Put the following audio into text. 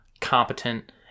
competent